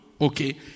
okay